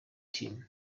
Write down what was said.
team